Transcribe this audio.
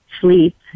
sleep